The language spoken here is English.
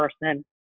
person